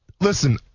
listen